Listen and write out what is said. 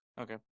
Okay